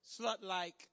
slut-like